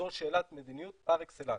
זאת שאלת מדיניות פר-אקסלנס.